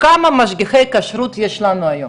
כמה משגיחי כשרות יש לנו היום.